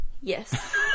yes